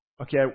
Okay